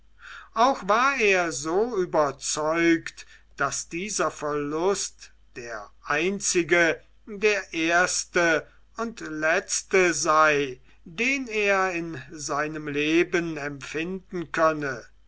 auch war er so überzeugt daß dieser verlust der einzige der erste und letzte sei den er in seinem leben empfinden könne